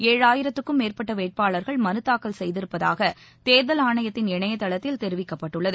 ஏழாயிரத்திற்கும் மேற்பட்ட வேட்பாளர்கள் மனு தாக்கல் செய்திருப்பதாக தேர்தல் ஆணையத்தின் இணையதளத்தில் தெரிவிக்கப்பட்டுள்ளது